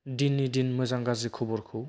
दिन नि दिन मोजां गाज्रि खबरखौ